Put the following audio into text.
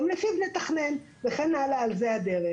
גם לפיו נתכנן, וכן הלאה, על זה הדרך.